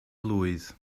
blwydd